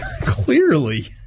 Clearly